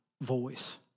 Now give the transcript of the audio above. voice